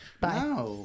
Bye